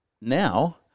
Now